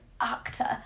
actor